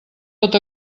pot